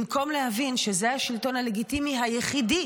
במקום להבין שזה השלטון הלגיטימי היחידי